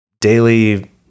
daily